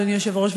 אדוני היושב-ראש,